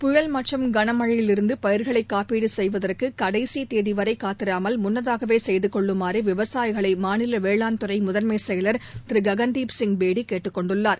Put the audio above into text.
புயல் மற்றும் கனமழையிலிருந்து பயிர்களை காப்பீடு செய்வதற்கு கடைசி தேதிவரை காத்திராமல் முன்னதாகவே செய்துக் கொள்ளுமாறு விவசாயிகளை மாநில வேளாண் துறை முதன்மை செயல் திரு ககன்தீப் சிங் பேடி கேட்டுக்கொண்டுள்ளார்